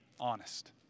honest